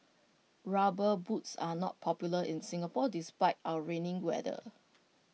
rubber boots are not popular in Singapore despite our rainy weather